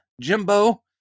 Jimbo